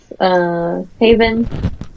Haven